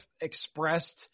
expressed –